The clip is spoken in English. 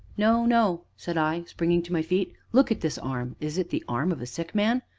no, no, said i, springing to my feet look at this arm, is it the arm of a sick man?